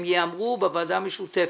הם ייאמרו בוועדה המשותפת.